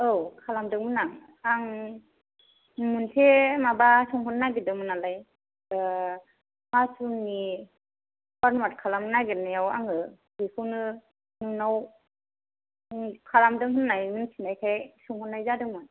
औ खालामदों मोन आं आं मोनसे माबा सोंहोरनो नागेरदोंमोन नालाय माशरुमनि फार्ममिं खालामनो नागेरनायाव आङो बेखौनो नोंनाव खालामदों होननानै मिन्थिनायखाय सोंहरनाय जादोंमोन